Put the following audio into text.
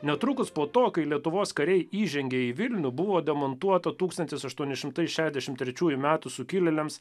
netrukus po to kai lietuvos kariai įžengė į vilnių buvo demontuota tūkstantis aštuoni šimtai šešiasdešimt trečiųjų metų sukilėliams